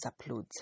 uploads